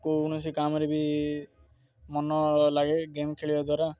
କୌଣସି କାମରେ ବି ମନ ଲାଗେ ଗେମ୍ ଖେଳିବା ଦ୍ୱାରା